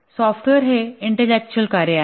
तर सॉफ्टवेअर हे इंटेललॅक्टउल कार्य आहे